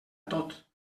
tot